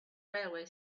railway